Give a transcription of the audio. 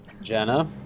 Jenna